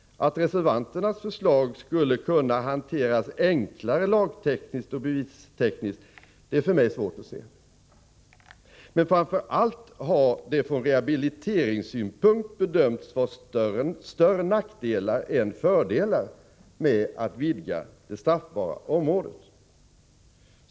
Att reservanternas förslag skulle kunna göra det lagtekniskt och bevistekniskt enklare är det för mig svårt att se. Men framför allt har det ur rehabiliteringssynpunkt bedömts ha större nackdelar än fördelar att vidga det straffbara området.